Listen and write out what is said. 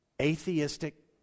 atheistic